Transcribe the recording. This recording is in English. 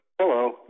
Hello